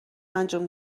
انجام